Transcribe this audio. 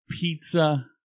Pizza